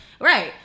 right